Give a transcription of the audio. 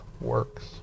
works